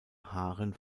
haaren